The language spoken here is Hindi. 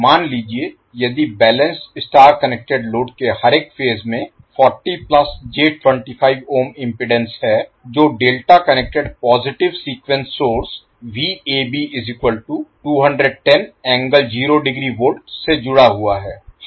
मान लीजिए यदि बैलेंस्ड स्टार कनेक्टेड लोड के हरेक फेज में 40 j25 इम्पीडेन्स है जो delta connected positive sequence source V से जुड़ा हुआ है